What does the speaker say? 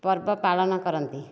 ପର୍ବ ପାଳନ କରନ୍ତି